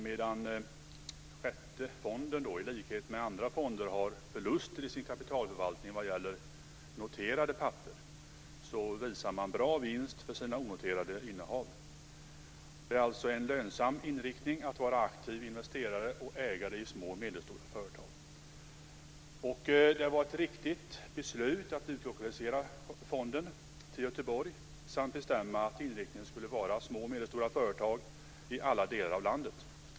Medan Sjätte AP-fonden i likhet med andra fonder har förluster i sin kapitalförvaltning vad gäller noterade papper visar den bra vinst för sina onoterade innehav. Det är en lönsam inriktning att vara aktiv investerare och ägare i små och medelstora företag. Det var ett riktigt beslut att utlokalisera fonden till Göteborg samt bestämma att inriktningen skulle vara små och medelstora företag i alla delar av landet.